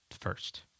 first